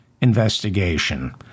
investigation